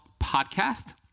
podcast